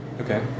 Okay